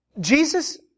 Jesus